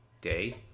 day